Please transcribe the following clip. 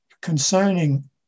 concerning